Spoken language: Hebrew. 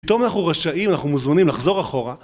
פתאום אנחנו רשאים ואנחנו מוזמנים לחזור אחורה